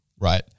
right